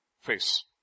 face